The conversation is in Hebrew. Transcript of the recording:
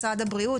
משרד הבריאות.